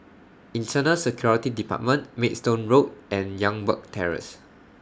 Internal Security department Maidstone Road and Youngberg Terrace